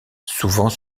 souvent